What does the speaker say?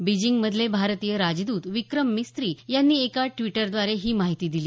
Beijing मधले भारतीय राजद्रत विक्रम मिस्त्री यांनी एका ट्वीटद्वारे ही माहिती दिली